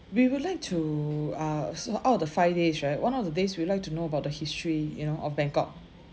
we would like to uh so out of the five days right one of the days we'd like to know about the history you know of bangkok